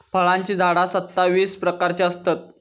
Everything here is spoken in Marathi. फळांची झाडा सत्तावीस प्रकारची असतत